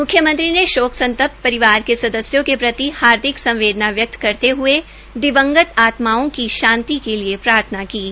मुख्यमंत्री ने शोक संतप्त परिवार के सदस्यों के प्रति हार्दिक संवेदना व्यक्त करते हये दिवंगत आत्माओं की शांति के लिये प्रार्थना की है